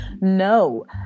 No